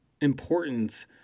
importance